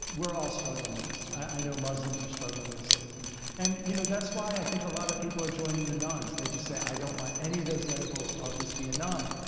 we're all struggling with this. i know muslims are struggling with this too and, you know, that's why i think a lot of people are joining the nones. they just say, i don't want any of those labels. i'll just be a none.